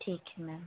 ठीक है मैम